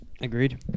Agreed